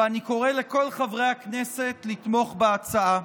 ואני קורא לכל חברי הכנסת לתמוך בהצעה.